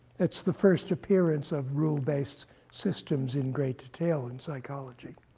that's the first appearance of rule-based systems in great detail in psychology.